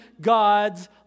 God's